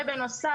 ובנוסף,